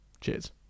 cheers